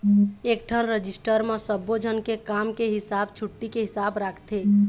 एकठन रजिस्टर म सब्बो झन के काम के हिसाब, छुट्टी के हिसाब राखथे